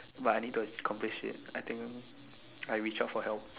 but I need to accomplish it I think I will shout for help